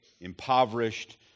impoverished